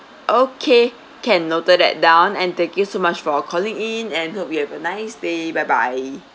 okay can noted that down and thank you so much for calling in and hope you have a nice day bye bye